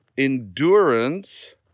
endurance